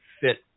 fit